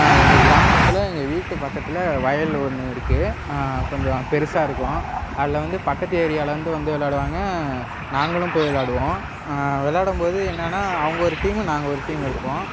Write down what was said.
ஆ எங்கள் கிராமத்தில் எங்கள் வீட்டு பக்கத்தில் வயல் ஒன்று இருக்குது கொஞ்சம் பெருசாக இருக்கும் அதில் வந்து பக்கத்து ஏரியாலேருந்து வந்து விளாடுவாங்க நாங்களும் போய் விளாடுவோம் விளாடும்போது என்னான்னா அவங்க ஒரு டீம் நாங்கள் ஒரு டீம் இருப்போம்